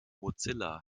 mozilla